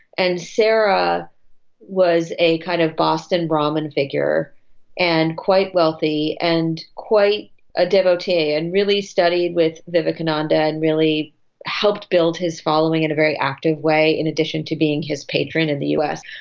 and sara was a kind of boston brahmin figure and quite wealthy and quite a devotee and really studied with vivekananda and really helped build his following in a very active way, in addition to being his patron in the us.